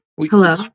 Hello